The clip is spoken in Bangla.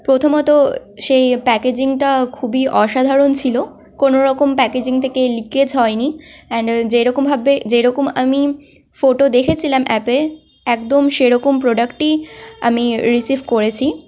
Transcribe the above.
প্রথমত সেই প্যাকেজিংটা খুবই অসাধারণ ছিল কোনো রকম প্যাকেজিং থেকে লিকেজ হয়নি অ্যান্ড যেরকমভাবে যেরকম আমি ফোটো দেখেছিলাম অ্যাপে একদম সেরকম প্রোডাক্টই আমি রিসিভ করেছি